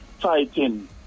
fighting